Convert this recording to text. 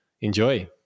enjoy